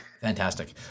Fantastic